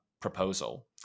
proposal